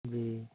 ਜੀ